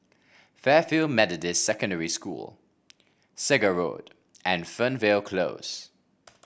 Fairfield Methodist Secondary School Segar Road and Fernvale Close